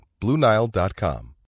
BlueNile.com